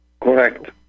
Correct